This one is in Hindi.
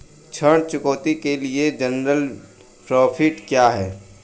ऋण चुकौती के लिए जनरल प्रविष्टि क्या है?